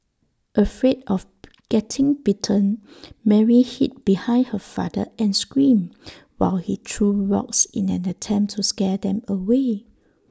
afraid of getting bitten Mary hid behind her father and screamed while he threw rocks in an attempt to scare them away